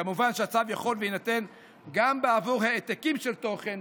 כמובן שהצו יכול להינתן גם בעבור העתקים של תוכן,